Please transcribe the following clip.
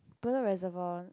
Bedok Reservoir